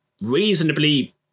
reasonably